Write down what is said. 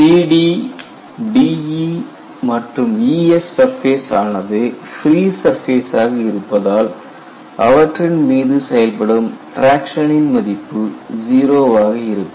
CD DE மற்றும் EF surface ஆனது ஃப்ரீசர்ஃபேஸாக இருப்பதால் அவற்றின்மீது செயல்படும் டிராக்சன் இன் மதிப்பு 0 வாக இருக்கும்